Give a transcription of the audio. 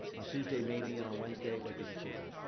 on tuesday, maybe, and on wednesday wait, this is tuesday.